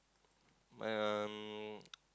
um